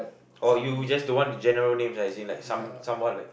or you just don't want the general names ah as in like some~ somewhat like